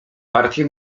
partie